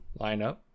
lineup